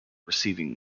receiving